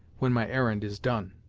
when my errand is done!